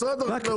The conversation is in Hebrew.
משרד החקלאות,